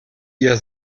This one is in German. ihr